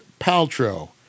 Paltrow